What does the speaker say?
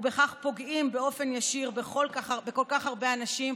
ובכך פוגעים באופן ישיר בכל כך הרבה אנשים.